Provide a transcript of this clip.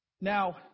Now